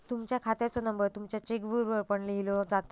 तुमच्या खात्याचो नंबर तुमच्या चेकबुकवर पण लिव्हलो जातलो